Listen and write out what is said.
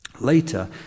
Later